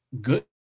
good